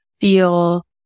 feel